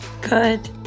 Good